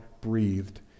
breathed